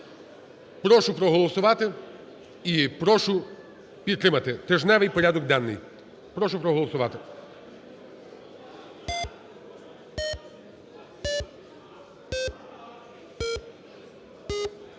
Прошу проголосувати і прошу підтримати тижневий порядок денний. Прошу проголосувати.